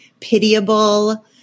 pitiable